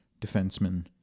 defenseman